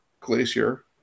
Glacier